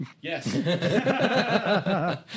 Yes